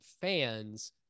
fans